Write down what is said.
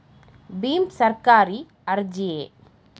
ಭೀಮ್ ಸರ್ಕಾರಿ ಅರ್ಜಿಯೇ?